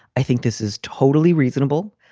i think this is totally reasonable.